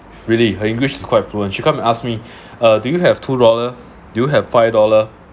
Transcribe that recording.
really her english is quite fluent she come and ask me uh do you have two dollar do you have five dollar